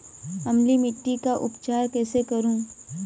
अम्लीय मिट्टी का उपचार कैसे करूँ?